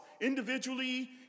individually